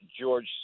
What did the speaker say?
george